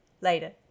later